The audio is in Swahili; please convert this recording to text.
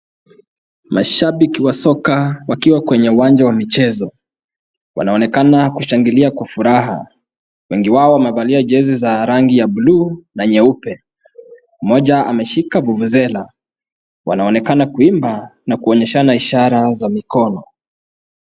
Mashabiki wa soka wakiwa kwenye uwanja wa michezo, wanaonekana kushangilia kwa furaha, wengi wao wamevalia jezi za rangi ya bluu na nyeupe, mmoja ameshika vuvuzela, wanaonekana kuimba na kuonyeshana ishara za mikono.